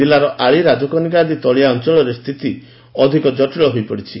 ଜିଲ୍ଲାର ଆଳି ରାଜକନିକା ଆଦି ତଳିଆ ଅଞ୍ଞଳରେ ସ୍ଥିତି ଅଧିକ ଜଟିଳ ହୋଇପଡ଼ିଛି